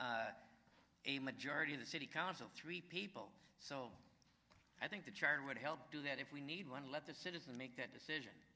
a majority of the city council three people so i think that would help do that if we need one let the citizens make that decision